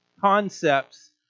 concepts